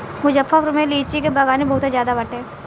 मुजफ्फरपुर में लीची के बगानी बहुते ज्यादे बाटे